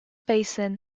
basin